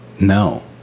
no